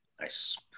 Nice